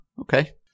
Okay